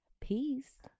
Peace